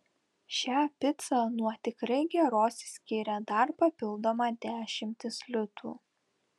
šią picą nuo tikrai geros skiria dar papildoma dešimtis litų